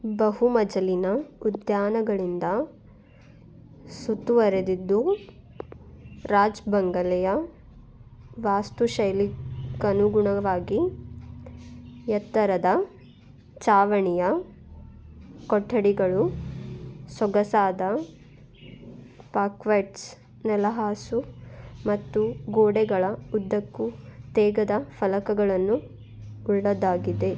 ಬಹುಮಜಲಿನ ಉದ್ಯಾನಗಳಿಂದ ಸುತ್ತುವರೆದಿದ್ದು ರಾಜ್ ಬಂಗಲೆಯ ವಾಸ್ತುಶೈಲಿಗನುಗುಣವಾಗಿ ಎತ್ತರದ ಛಾವಣಿಯ ಕೊಠಡಿಗಳು ಸೊಗಸಾದ ಪಾಕ್ವೆಟ್ಸ್ ನೆಲಹಾಸು ಮತ್ತು ಗೋಡೆಗಳ ಉದ್ದಕ್ಕೂ ತೇಗದ ಫಲಕಗಳನ್ನು ಉಳ್ಳದ್ದಾಗಿದೆ